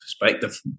Perspective